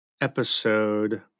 episode